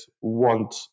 want